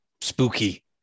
spooky